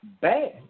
bad